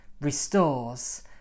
restores